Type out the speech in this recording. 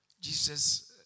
Jesus